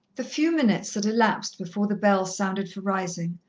the few minutes that elapsed before the bell sounded for rising,